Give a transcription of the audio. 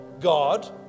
God